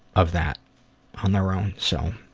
of that on their own so.